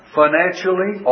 financially